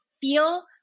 feel